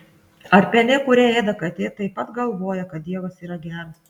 ar pelė kurią ėda katė taip pat galvoja kad dievas yra geras